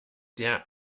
der